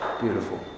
beautiful